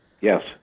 Yes